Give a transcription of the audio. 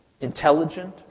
intelligent